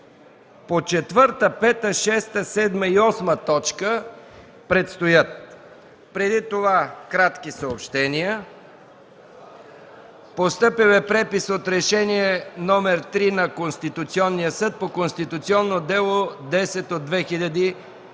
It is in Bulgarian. т. 4, 5, 6, 7 и 8 предстоят. Преди това – кратки съобщения. Постъпил е препис от Решение № 3 на Конституционния съд по конституционно дело № 10 от 2013